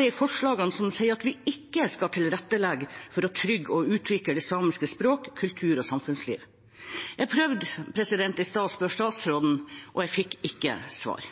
i forslagene som sier at vi ikke skal tilrettelegge for å trygge og utvikle samiske språk, kultur og samfunnsliv? Jeg prøvde i stad å spørre statsråden, og jeg fikk ikke svar.